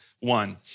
one